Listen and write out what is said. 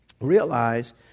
realize